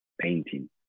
painting